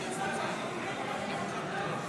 שבו במקומותיכם.